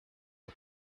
his